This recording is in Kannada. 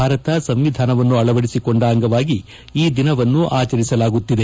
ಭಾರತ ಸಂವಿಧಾನವನ್ನು ಅಳವಡಿಸಿಕೊಂಡ ಅಂಗವಾಗಿ ಈ ದಿನವನ್ನು ಆಚರಿಸಲಾಗುತ್ತಿದೆ